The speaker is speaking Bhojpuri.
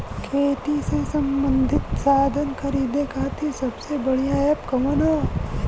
खेती से सबंधित साधन खरीदे खाती सबसे बढ़ियां एप कवन ह?